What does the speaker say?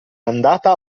andata